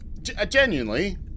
Genuinely